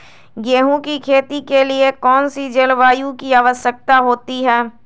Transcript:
गेंहू की खेती के लिए कौन सी जलवायु की आवश्यकता होती है?